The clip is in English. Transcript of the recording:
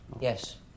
Yes